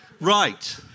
Right